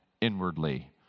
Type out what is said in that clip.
inwardly